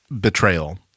betrayal